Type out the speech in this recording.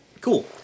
cool